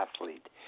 athlete